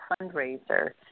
fundraiser